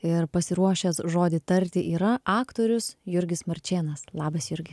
ir pasiruošęs žodį tarti yra aktorius jurgis marčėnas labas jurgi